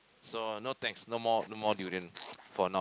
so no thanks no more no more durian for now